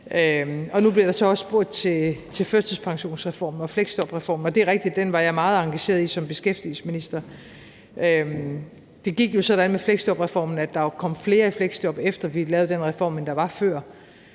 så også spurgt til førtidspensions- og fleksjobreformen, og det er rigtigt, at den var jeg meget engageret i som beskæftigelsesminister. Det gik jo sådan med fleksjobreformen, at der kom flere i fleksjob, efter at vi lavede den reform, end der var før,